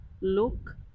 look